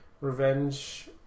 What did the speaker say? revenge